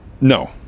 no